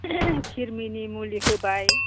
ख्रिमिनि मुलि होबाय